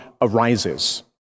arises